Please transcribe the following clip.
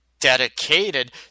dedicated